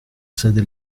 sede